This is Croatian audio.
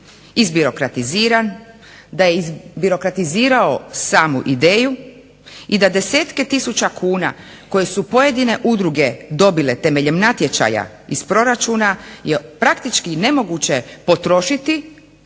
izbirokratiziran, da je izbirokratizirao samu ideju i da desetke tisuća kuna koje su pojedine udruge dobile temeljem natječaja iz proračuna je praktički nemoguće potrošiti,